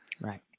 Right